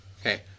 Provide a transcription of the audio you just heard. okay